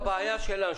זו הבעיה שלנו,